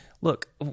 look